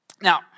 Now